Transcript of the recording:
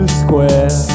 square